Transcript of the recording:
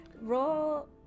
Roll